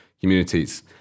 communities